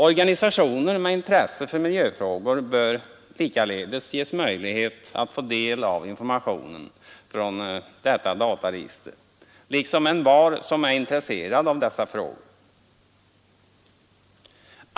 Organisationer med intresse för miljöfrågor bör likaledes ges möjlighet att få del av informationen från detta dataregister liksom envar som är intresserad av dessa frågor.